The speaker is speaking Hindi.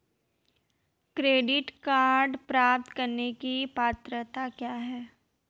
क्रेडिट कार्ड प्राप्त करने की पात्रता क्या है?